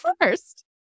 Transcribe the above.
first